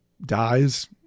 dies